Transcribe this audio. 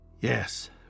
Yes